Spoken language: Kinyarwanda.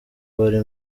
bari